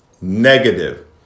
negative